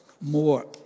more